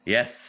Yes